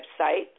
website